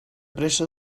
pressa